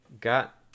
got